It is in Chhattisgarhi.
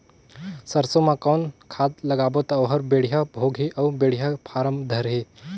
सरसो मा कौन खाद लगाबो ता ओहार बेडिया भोगही अउ बेडिया फारम धारही?